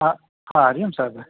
हा हा हरी ओम साहिबु